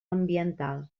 ambiental